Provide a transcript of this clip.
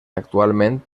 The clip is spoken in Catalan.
actualment